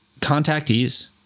contactees